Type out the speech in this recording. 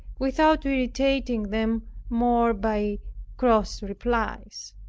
without irritating them more by cross replies.